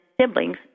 siblings